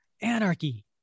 Anarchy